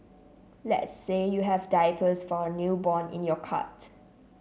let's say you have diapers for a newborn in your cart